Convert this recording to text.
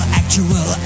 actual